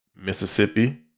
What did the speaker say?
Mississippi